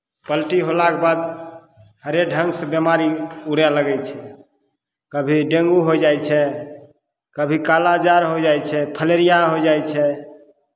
पलटी होलाके बाद हरेक ढङ्गसँ बीमारी उड़य लगै छै कभी डेंगू होय जाइ छै कभी काला जार होय जाइत छै फलेरिया होय जाइ छै